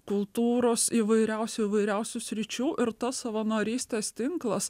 kultūros įvairiausių įvairiausių sričių ir tos savanorystės tinklas